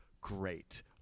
great